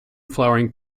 flowering